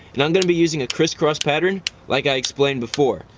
and i'm going to be using a crisscross pattern like i explained before.